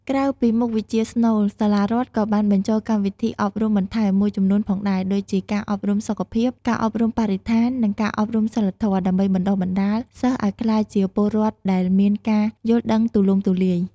ក្រៅពីមុខវិជ្ជាស្នូល សាលារដ្ឋក៏បាន បញ្ចូលកម្មវិធីអប់រំបន្ថែម មួយចំនួនផងដែរ ដូចជាការអប់រំសុខភាព ការអប់រំបរិស្ថាន និងការអប់រំសីលធម៌ ដើម្បីបណ្តុះបណ្តាលសិស្សឱ្យក្លាយជាពលរដ្ឋដែលមានការយល់ដឹងទូលំទូលាយ។